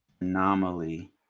anomaly